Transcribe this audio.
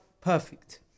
perfect